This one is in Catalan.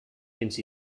fins